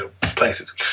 places